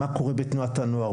מה קורה בתנועת הנוער?